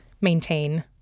maintain